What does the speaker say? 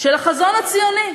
של החזון הציוני.